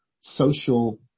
social